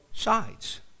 sides